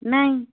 ନାଇଁ